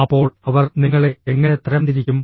അപ്പോൾ അവർ നിങ്ങളെ എങ്ങനെ തരംതിരിക്കും